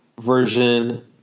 version